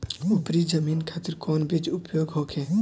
उपरी जमीन खातिर कौन बीज उपयोग होखे?